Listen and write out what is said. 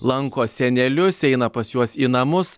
lanko senelius eina pas juos į namus